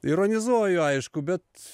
ironizuoju aišku bet